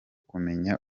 kumenya